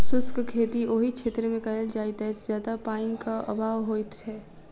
शुष्क खेती ओहि क्षेत्रमे कयल जाइत अछि जतय पाइनक अभाव होइत छै